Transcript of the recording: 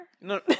No